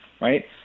right